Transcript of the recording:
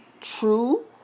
true